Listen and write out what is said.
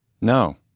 No